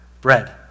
bread